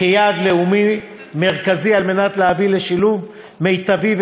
כיעד לאומי מרכזי על מנת להביא לשילוב מיטבי,